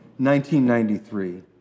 1993